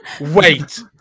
wait